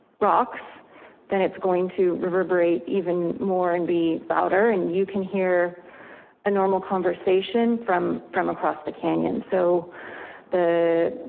rocks then it's going to reverberate even more and be louder. and you can hear a normal conversation from from across the canyon. so the,